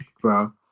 bro